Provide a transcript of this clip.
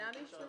למי התועלת?